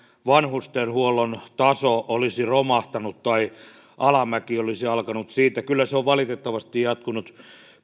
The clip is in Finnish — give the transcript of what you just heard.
vanhustenhuollon taso olisi romahtanut tai alamäki olisi alkanut kyllä se on valitettavasti jatkunut